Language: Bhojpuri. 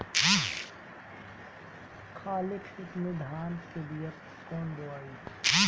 खाले खेत में धान के कौन बीया बोआई?